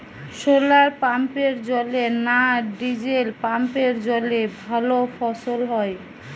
শোলার পাম্পের জলে না ডিজেল পাম্পের জলে ভালো ফসল হয়?